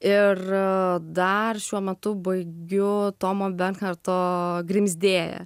ir dar šiuo metu baigiu tomo bekharto grimzdėja